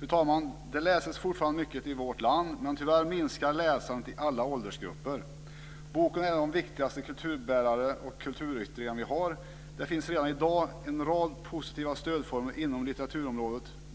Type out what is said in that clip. Fru talman! Det läses fortfarande mycket i vårt land, men tyvärr minskar läsandet i alla åldersgrupper. Boken är en av de viktigaste kulturbärarna och kulturyttringarna vi har. Det finns redan i dag en rad positiva stödformer inom litteraturområdet.